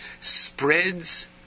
spreads